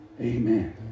amen